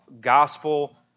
gospel